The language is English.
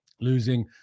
losing